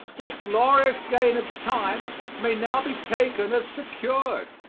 this glorious gain of time may now be taken as secured.